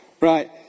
right